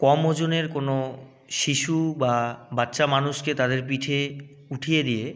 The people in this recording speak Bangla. কম ওজনের কোনো শিশু বা বাচ্চা মানুষকে তাদের পিঠে উঠিয়ে দিয়ে